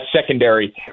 secondary